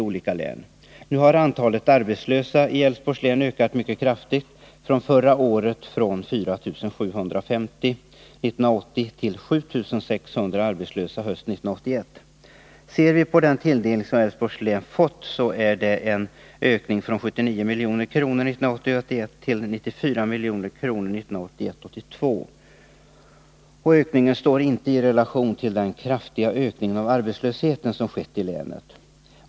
Antalet arbetslösa i Älvsborgs län har ökat mycket kraftigt — från 4 750 år 1980 till 7 600 hösten 1981. Ser vi på den tilldelning som Älvsborgs län har fått finner vi att det är en ökning från 79 milj.kr. 1980 82. Den ökningen står inte i relation till den kraftiga ökning av arbetslösheten som har skett i länet.